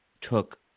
took